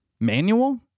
manual